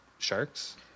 sharks